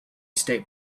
state